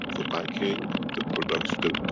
the banking the products the,